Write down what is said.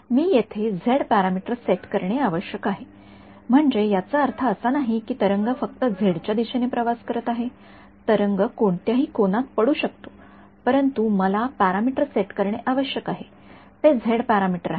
मी येथे फक्त Z parameter set करणे आवश्यक आहे म्हणजे याचा अर्थ असा नाही की तरंग फक्त झेडच्या दिशेने प्रवास करत आहे तरंग कोणत्याही कोनात पडू शकतो परंतु मला जे पॅरामीटर सेट करणे आवश्यक आहे ते झेड पॅरामीटरआहे